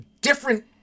different